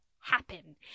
happen